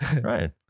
Right